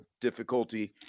difficulty